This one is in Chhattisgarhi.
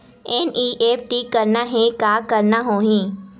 एन.ई.एफ.टी करना हे का करना होही?